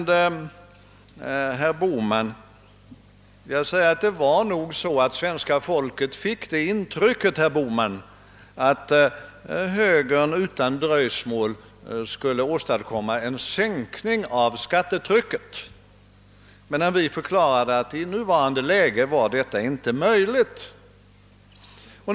Till herr Bohman vill jag säga, att det var nog så att svenska folket fick intrycket att högern ville utan dröjsmål åstadkomma en sänkning av skattetrycket, under det att vi för vår del ärligt förklarade att en sådan sänkning inte var möjlig i nuvarande läge.